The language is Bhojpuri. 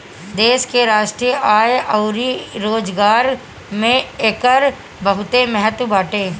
देश के राष्ट्रीय आय अउरी रोजगार में एकर बहुते महत्व बाटे